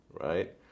right